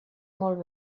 molt